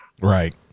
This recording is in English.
right